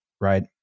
right